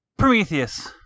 Prometheus